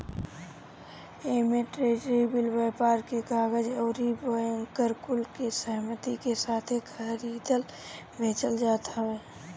एमे treasury bill, व्यापार के कागज अउरी बैंकर कुल के सहमती के साथे खरीदल बेचल जात हवे